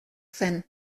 zen